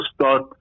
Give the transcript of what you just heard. start